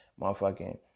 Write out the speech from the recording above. motherfucking